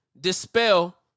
dispel